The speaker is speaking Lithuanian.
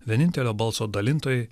vienintelio balso dalintojai